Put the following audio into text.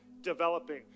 developing